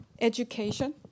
education